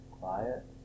quiet